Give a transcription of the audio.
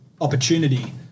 opportunity